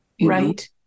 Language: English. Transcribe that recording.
Right